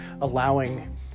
allowing